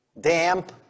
Damp